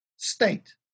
State